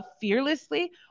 fearlessly